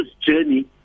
journey